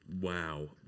Wow